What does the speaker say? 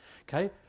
Okay